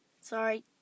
Sorry